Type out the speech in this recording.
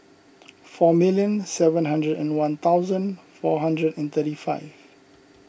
four million seven hundred and one thousand four hundred and thirty five